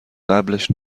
قبلش